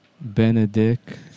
Benedict